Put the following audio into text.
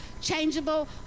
changeable